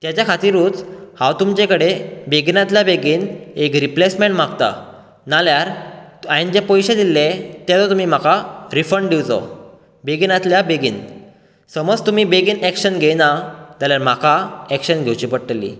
तेजे खातीरूच हांव तुमचें कडेन बेगीनांतल्या बेगीन एक रिप्लेसमेंट मागतां नाल्यार त हायेन जे पयशे दिल्ले ते तुमी म्हाका रिफंड दिवचो बेगीनांतल्या बेगीन समज तुमी बेगीन एक्शन घेयना जाल्यार म्हाका एक्शन घेवची पडटली